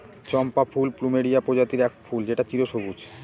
চম্পা ফুল প্লুমেরিয়া প্রজাতির এক ফুল যেটা চিরসবুজ